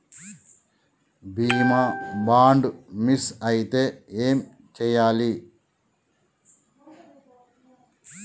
బీమా bond miss అయితే ఏం చేయాలి?